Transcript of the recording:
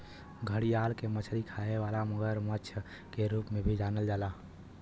घड़ियाल के मछली खाए वाला मगरमच्छ के रूप में भी जानल जाला